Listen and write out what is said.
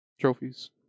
trophies